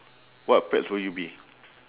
what pets would you be